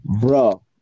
bro